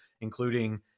including